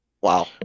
Wow